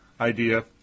idea